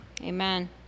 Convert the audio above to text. Amen